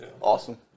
Awesome